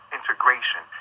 integration